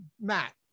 Matt